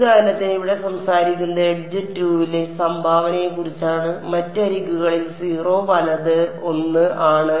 ഉദാഹരണത്തിന് ഇവിടെ സംസാരിക്കുന്നത് എഡ്ജ് 2 ലെ സംഭാവനയെക്കുറിച്ചാണ് മറ്റ് അരികുകളിൽ 0 വലത് 1 ആണ്